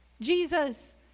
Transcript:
Jesus